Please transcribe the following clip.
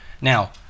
Now